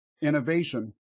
innovation